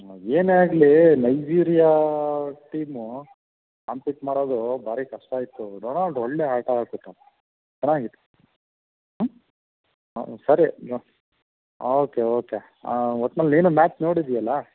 ಹ್ಞೂ ಏನೇ ಆಗಲಿ ನೈಜೀರಿಯಾ ಟೀಮು ಕಾಂಪೀಟ್ ಮಾಡೋದು ಭಾರಿ ಕಷ್ಟ ಇತ್ತು ಡೊನಾಲ್ಡ್ ಒಳ್ಳೇ ಆಟ ಆಡಿಬಿಟ್ಟ ಚೆನ್ನಾಗಿತ್ತು ಹ್ಞೂ ಹಾಂ ಸರಿ ಓಕೆ ಓಕೆ ಒಟ್ನಲ್ಲಿ ನೀನು ಮ್ಯಾಚ್ ನೋಡಿದ್ದಿ ಅಲಾ